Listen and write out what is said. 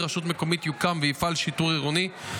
רשות מקומית יוקם ויפעל שיטור עירוני,